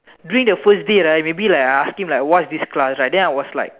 during the first day right maybe like I ask him like what is this class right then I was like